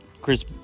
Chris